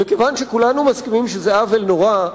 וכיוון שכולנו מסכימים שזה עוול נורא,